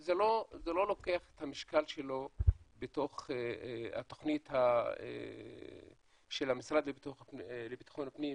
שזה לא לוקח את המשקל שלו בתוך התוכנית של המשרד לבטחון פנים,